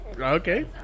Okay